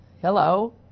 Hello